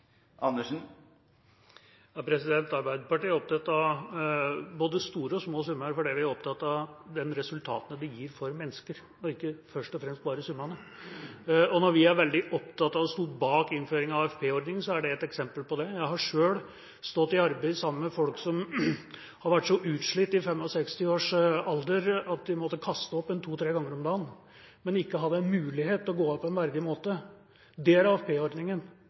Arbeiderpartiet er opptatt av både store og små summer fordi vi er opptatt av de resultatene det gir for mennesker, og ikke først og fremst bare summene. Når vi er veldig opptatt av og sto bak innføringen av AFP-ordningen, er det et eksempel på det. Jeg har selv stått i arbeid sammen med folk som har vært så utslitt i 65-årsalderen, at de måtte kaste opp to–tre ganger om dagen, men de hadde ikke mulighet til å gå av på en verdig måte.